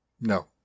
No